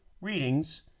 readings